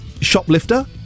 Shoplifter